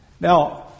Now